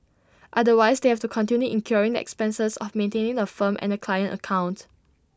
otherwise they have to continue incurring expenses of maintaining the firm and the client account